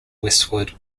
westwood